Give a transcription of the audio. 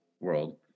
world